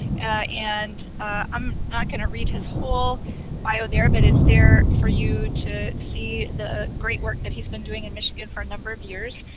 and i'm not going to read his whole bio there, but it's there for you to see the great work that he's been doing in michigan for a number of years.